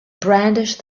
brandished